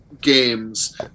games